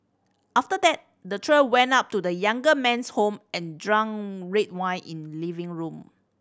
after that the trio went up to the younger man's home and drank red wine in living room